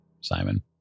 Simon